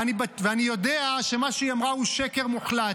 ואני יודע שמה שהיא אמרה הוא שקר מוחלט.